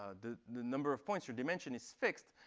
ah the number of points, your dimension, is fixed,